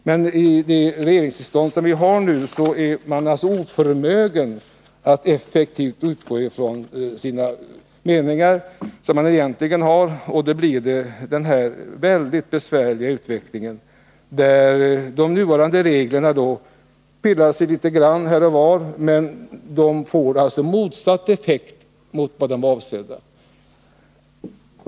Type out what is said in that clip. Med den regering vi nu har blir centern och folkpartiet oförmögna att gå ut med de åsikter de egentligen har, och då får vi den här väldigt besvärliga situationen. Man pillar litet här och var i de nuvarande reglerna, men detta får ofta motsatt effekt än den som avsetts.